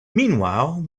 meanwhile